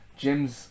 gyms